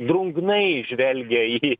drungnai žvelgia į